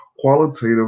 qualitative